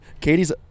Katie's